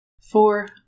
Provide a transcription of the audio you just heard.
four